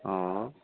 অঁ